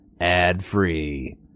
ad-free